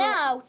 Now